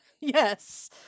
Yes